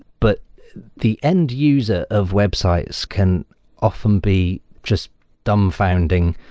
but the end user of websites can often be just dumbfounding,